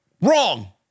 wrong